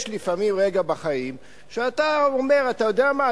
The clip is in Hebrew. יש לפעמים רגע בחיים שאתה אומר: אתה יודע מה?